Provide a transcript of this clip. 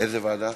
איזה ועדה?